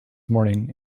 morning